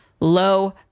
low